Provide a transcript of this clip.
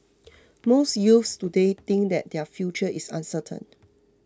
most youths today think that their future is uncertain